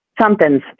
something's